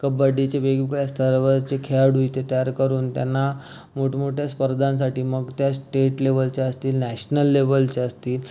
कबड्डीचे वेगवेगळ्या स्तरावरचे खेळाडू इथे तयार करून त्यांना मोठमोठ्या स्पर्धांसाठी मग त्या स्टेट लेवलच्या असतील नॅशनल लेवलच्या असतील